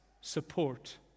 support